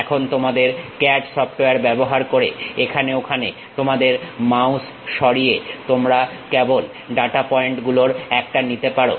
এখন তোমাদের CAD software ব্যবহার করে এখানে ওখানে তোমাদের মাউস সরিয়ে তোমরা কেবল ডাটা পয়েন্টগুলোর একটা নিতে পারো